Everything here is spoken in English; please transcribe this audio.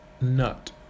nut